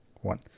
one